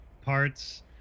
parts